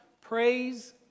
Praise